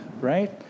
right